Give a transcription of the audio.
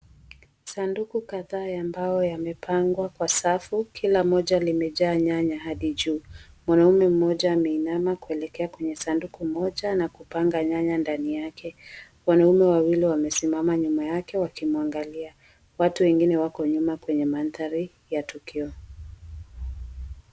Sanduku kadhaa ya mbao yamepangwa kwa safu kila moja limejaa nyanya hadi juu. Mwanaume mmoja ameinama kuelekea kwenye sanduku moja na kupanga nyanya ndani yake. Wanaume wawili wamesimama nyuma yake wakimwangalia. Watu wengine wako nyuma kwenye mandhari ya tukio.